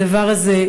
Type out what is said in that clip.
הדבר הזה,